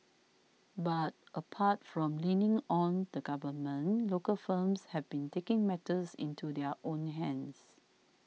but apart from leaning on the government local firms have been taking matters into their own hands